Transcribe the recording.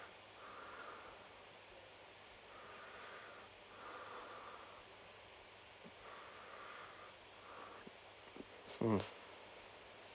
mm